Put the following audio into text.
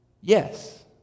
Yes